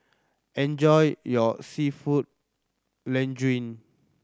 enjoy your Seafood Linguine